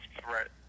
threat